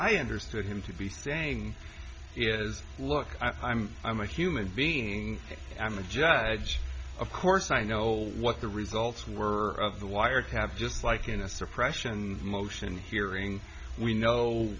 i understood him to be saying is look i'm i'm a human being i'm a judge of course i know what the results were of the wiretap just like in a suppression motion hearing we know